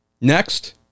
Next